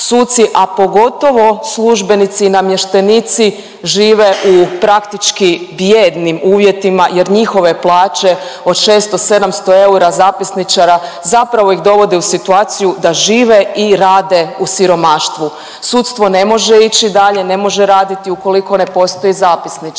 a pogotovo službenici i namještenici žive u praktički bijednim uvjetima jer njihove plaće od 600-700 eura zapisničara zapravo ih dovode u situaciju da žive i rade u siromaštvu. Sudstvo ne može ići dalje, ne može raditi ukoliko ne postoji zapisničar,